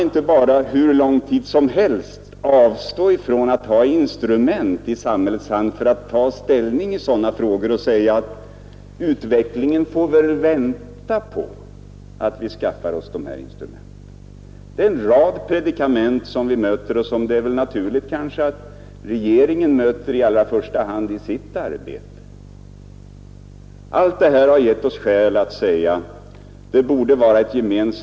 Samhället kan inte hur lång tid som helst avstå från att ha instrument i sin hand för att kunna ta ställning i sådana frågor, och vi kan inte säga oss att utvecklingen får vänta på att vi skaffar oss dessa instrument. Det är en rad predikament som vi möter, och som det väl i allra första hand är naturligt att regeringen möter i sitt arbete.